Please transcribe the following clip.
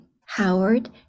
Howard